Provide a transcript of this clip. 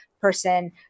person